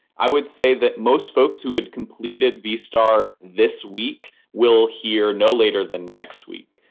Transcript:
i would say that most folks who had completed vstar this week will hear no later than next week.